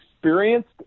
experienced